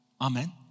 Amen